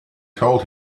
told